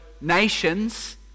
nations